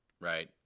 right